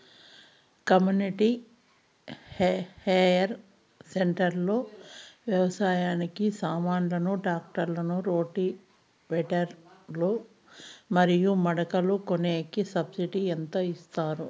community hire centre లో వ్యవసాయానికి సామాన్లు ట్రాక్టర్లు రోటివేటర్ లు మరియు మడకలు కొనేకి సబ్సిడి ఎంత ఇస్తారు